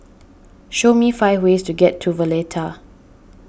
show me five ways to get to Valletta